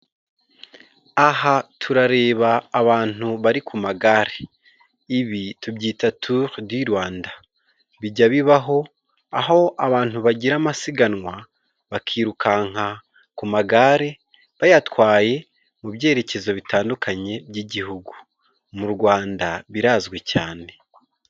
Aha turareba abantu bari ku magare ibi tubyita turu di rwanda bijya bibaho aho abantu bagira amasiganwa bakirukanka ku magare bayatwaye mu byerekezo bitandukanye by'igihugu mu Rwanda birazwi cyane.